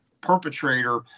perpetrator